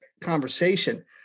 conversation